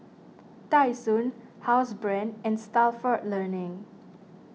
Tai Sun Housebrand and Stalford Learning